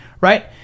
Right